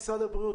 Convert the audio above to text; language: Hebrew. משרד הבריאות,